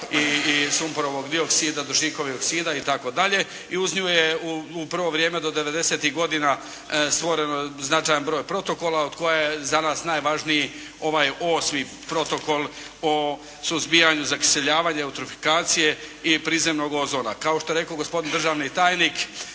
i sumporovog dioksida, dušnikovih oksida itd. i uz nju je u prvo vrijeme do 90-tih godina stvoren značajan broj protokola od koje je za nas najvažniji ovaj osmi protokol o suzbijanju zakiseljavanja, utrofikacije i prizemnog ozona. Kao što je rekao gospodin državni tajnik